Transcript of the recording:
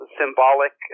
symbolic